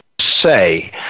say